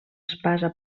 espasa